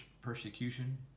persecution